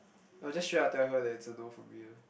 I will just straight up tell her that it's a no from me uh